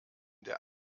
der